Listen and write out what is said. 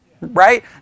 right